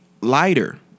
lighter